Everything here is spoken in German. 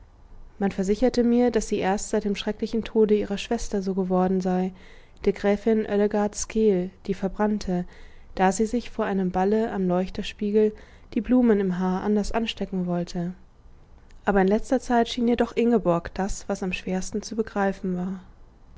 man versicherte mir daß sie erst seit dem schrecklichen tode ihrer schwester so geworden sei der gräfin öllegaard skeel die verbrannte da sie sich vor einem balle am leuchterspiegel die blumen im haar anders anstecken wollte aber in letzter zeit schien ihr doch ingeborg das was am schwersten zu begreifen war